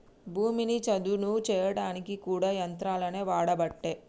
భూమిని చదును చేయడానికి కూడా యంత్రాలనే వాడబట్టే